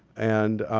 and